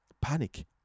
panic